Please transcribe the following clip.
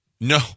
No